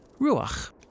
ruach